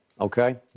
Okay